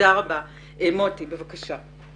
מוטי, בבקשה.